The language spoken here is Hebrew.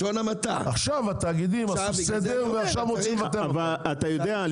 עכשיו התאגידים -- אתה יודע,